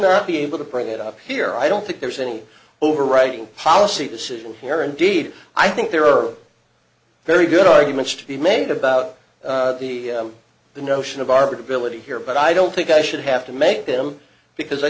not be able to bring it up here i don't think there's any overwriting policy decision here indeed i think there are very good arguments to be made about the notion of our billet here but i don't think i should have to make them because i